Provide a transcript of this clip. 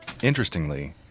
Interestingly